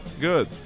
good